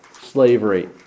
slavery